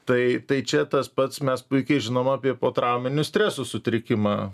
tai tai čia tas pats mes puikiai žinom apie potrauminio streso sutrikimą